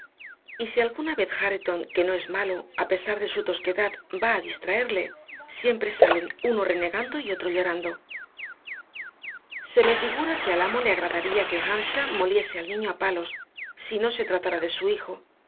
beber y si alguna vez hareton que no es malo a pesar de su tosquedad va a distraerle siempre salen uno renegando y otro llorando se me figura que al amo le agradaría que earnshaw moliese al niño a palos si no se tratara de su hijo